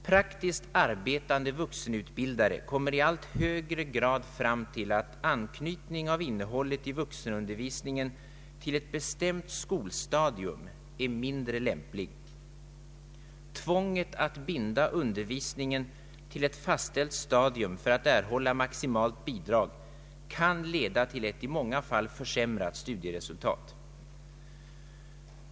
Praktiskt arbetande vuxenutbildare kommer i allt högre grad fram till att anknytning av innehållet i vuxenundervisningen till ett bestämt skolstadium är mindre lämplig. Tvånget att binda undervisningen till ett fastställt stadium för att erhålla maximalt bidrag kan leda till ett i många fall försämrat studieresultat.